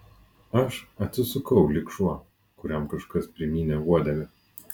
aš atsisukau lyg šuo kuriam kažkas primynė uodegą